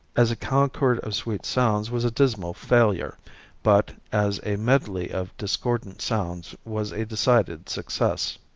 as a concord of sweet sounds was a dismal failure but as a medley of discordant sounds was a decided success.